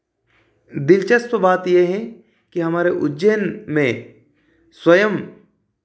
दिलचस्प बात यह है कि हमारे उज्जैन में स्वयं